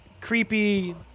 creepy